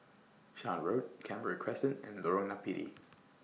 Shan Road Canberra Crescent and Lorong Napiri